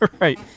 Right